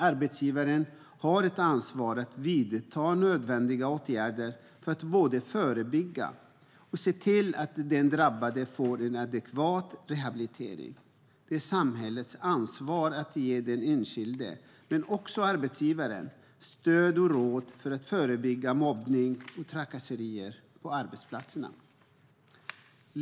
Arbetsgivaren har ett ansvar att vidta nödvändiga åtgärder både för att förebygga trakasserier och för att se till att den drabbade får adekvat rehabilitering. Det är samhällets ansvar att ge den enskilde, men också arbetsgivaren, stöd och råd för att förebygga mobbning och trakasserier på arbetsplatserna.